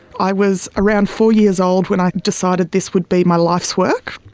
i was around four years old when i decided this would be my life's work.